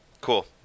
Cool